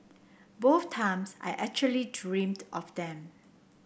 both times I actually dreamed of them